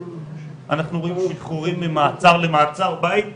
אנחנו רואים שחרורים ממעצר למעצר בית בתראבין.